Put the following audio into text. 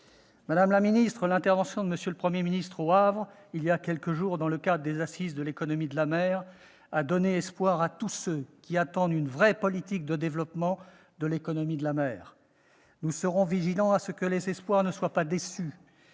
du Parlement ? L'intervention de M. le Premier ministre au Havre, il y a quelques jours, dans le cadre des assises de l'économie de la mer, a donné espoir à tous ceux qui attendent une véritable politique de développement de l'économie de la mer. Nous serons vigilants à ce que les espoirs ne soient pas déçus.